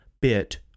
bit